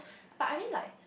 but I mean like